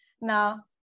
now